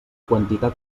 quantitat